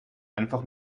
einfach